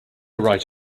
right